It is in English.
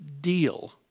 deal